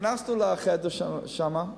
נכנסנו לחדר שם,